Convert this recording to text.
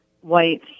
white